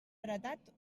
heretat